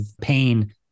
pain